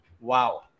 Wow